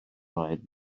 rhaid